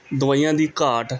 ਦਵਾਈਆਂ ਦੀ ਘਾਟ